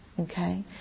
Okay